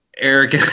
Eric